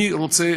אני רוצה,